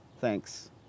thanks